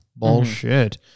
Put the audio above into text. bullshit